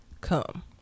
come